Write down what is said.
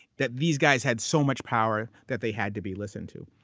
that these guys had so much power that they had to be listened to.